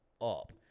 up